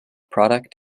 product